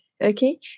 okay